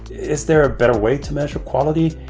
is there a better way to measure quality?